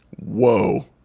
Whoa